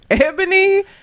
Ebony